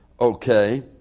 okay